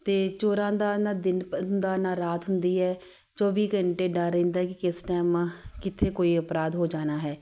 ਅਤੇ ਚੋਰਾਂ ਦਾ ਨਾ ਦਿਨ ਹੁੰਦਾ ਨਾ ਰਾਤ ਹੁੰਦੀ ਹੈ ਚੌਵੀ ਘੰਟੇ ਡਰ ਰਹਿੰਦਾ ਕਿ ਕਿਸ ਟਾਈਮ ਕਿੱਥੇ ਕੋਈ ਅਪਰਾਧ ਹੋ ਜਾਣਾ ਹੈ